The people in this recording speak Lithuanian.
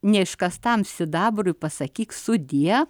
neiškastam sidabrui pasakyk sudie